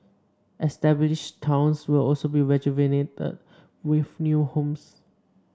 established towns will also be rejuvenated with new homes